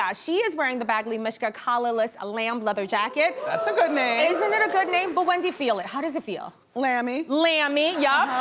yeah she is wearing the badgley mischka collarless lamb leather jacket. that's a good name. isn't it a good name? but wendy, feel it, how does it feel? lamb-y. lamb-y, yup.